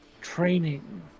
training